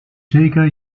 zeker